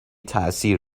تاثیر